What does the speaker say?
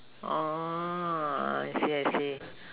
oh I see I see